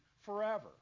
forever